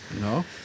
no